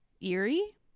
eerie